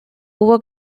hubo